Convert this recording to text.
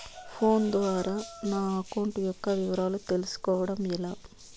Phone ద్వారా నా account యొక్క వివరాలు తెలుస్కోవడం ఎలా?